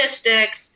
statistics